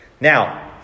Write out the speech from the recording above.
Now